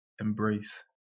embrace